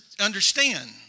understand